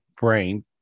brain